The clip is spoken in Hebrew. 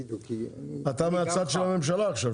אתה מהצד של הממשלה עכשיו.